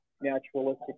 naturalistic